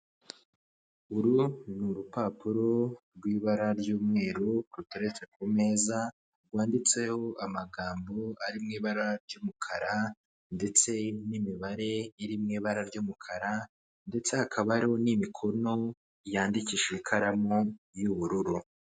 Uru ni urupapuro rw'ibara ry'uweru, ruteretse ku meza, rwanditseho amagambo ari mu ibara ry'umukara, ndetse n'imibare iri mu ibara ry'umukara, ndatse hakaba hariho n'imikono yandikishiye ikaramu y'ubururu.